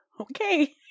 Okay